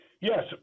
yes